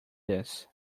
this